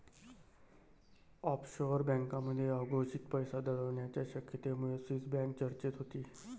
offshore बँकांमध्ये अघोषित पैसा दडवण्याच्या शक्यतेमुळे स्विस बँक चर्चेत होती